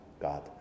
God